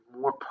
more